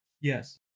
Yes